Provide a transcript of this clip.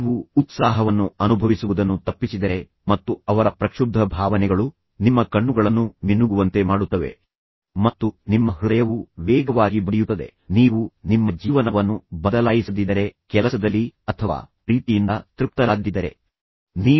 ನೀವು ಉತ್ಸಾಹವನ್ನು ಅನುಭವಿಸುವುದನ್ನು ತಪ್ಪಿಸಿದರೆ ಮತ್ತು ಅವರ ಪ್ರಕ್ಷುಬ್ಧ ಭಾವನೆಗಳು ನಿಮ್ಮ ಕಣ್ಣುಗಳನ್ನು ಮಿನುಗುವಂತೆ ಮಾಡುತ್ತವೆ ಮತ್ತು ನಿಮ್ಮ ಹೃದಯವು ವೇಗವಾಗಿ ಬಡಿಯುತ್ತದೆ ನೀವು ನಿಮ್ಮ ಜೀವನವನ್ನು ಬದಲಾಯಿಸದಿದ್ದರೆ ನಿಮ್ಮ ಕೆಲಸದಲ್ಲಿ ಅಥವಾ ನಿಮ್ಮ ಪ್ರೀತಿಯಿಂದ ನೀವು ತೃಪ್ತರಾಗದಿದ್ದರೆ ನೀವು ನಿಧಾನವಾಗಿ ಸಾಯಲು ಪ್ರಾರಂಭಿಸುತ್ತೀರಿ